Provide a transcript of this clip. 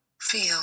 Feel